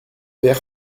père